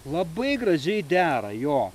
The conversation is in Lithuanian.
labai gražiai dera jo